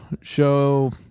show